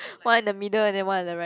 one in the middle and then one at the right